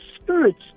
spirits